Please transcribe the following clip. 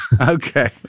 Okay